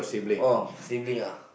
oh sibling ah